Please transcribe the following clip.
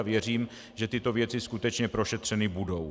Věřím, že tyto věci skutečně prošetřeny budou.